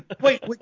Wait